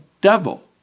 devil